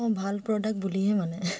অঁ ভাল প্ৰডাক্ট বুলিহে মানে